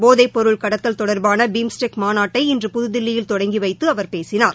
போதைப்பொருள் கடத்தல் தொடர்பானபிம்ஸ்டெக் மாநாட்டை இன்று புதுதில்லியில் தொடங்கிவைத்துஅவர் பேசினார்